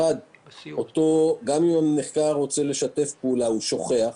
ראשית, גם אם הנחקר רוצה לשתף פעולה, הוא שוכח.